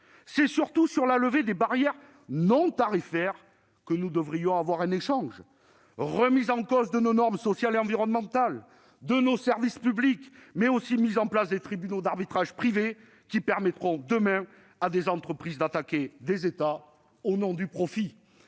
c'est surtout sur la levée des barrières non tarifaires que nous devrions échanger : remise en cause de nos normes sociales et environnementales ainsi que de nos services publics, mais aussi mise en place de tribunaux d'arbitrages privés, qui permettront, demain, à des entreprises d'attaquer des États au nom du profit